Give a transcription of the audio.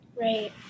Right